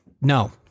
No